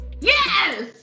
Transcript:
Yes